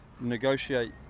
negotiate